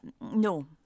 no